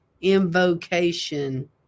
Invocation